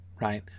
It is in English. right